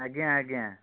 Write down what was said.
ଆଜ୍ଞା ଆଜ୍ଞା